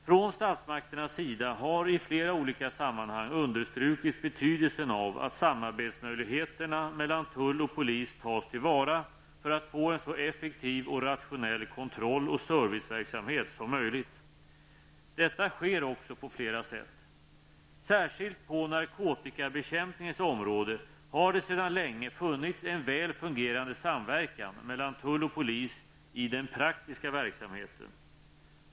Från statsmakternas sida har i flera olika sammanhang understrukits betydelsen av att möjligheterna till samarbete mellan tull och polis tas till vara för att få en så effektiv och rationell kontroll och serviceverksamhet som möjligt. Detta sker också på flera sätt. Särskilt på narkotikabekämpningens område har det sedan länge funnits en väl fungerande samverkan mellan tull och polis i den praktiska verksamheten.